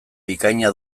bikaina